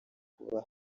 kuba